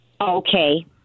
Okay